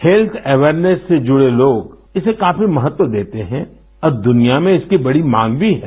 health awareness से जुड़े लोग इसे काफी महत्व देते हैं और दुनिया में इसकी बड़ी मांग भी है